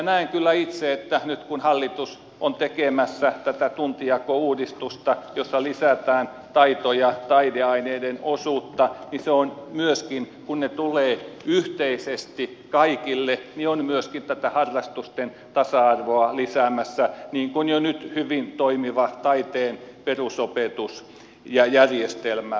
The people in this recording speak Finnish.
näen kyllä itse että nyt kun hallitus on tekemässä tuntijakouudistusta jossa lisätään taito ja taideaineiden osuutta niin kun ne tulevat yhteisesti kaikille se on myöskin tätä harrastusten tasa arvoa lisäämässä niin kuin jo nyt hyvin toimiva taiteen perusopetus ja järjestelmä